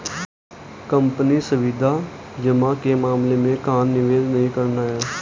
Company सावधि जमा के मामले में कहाँ निवेश नहीं करना है?